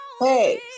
Hey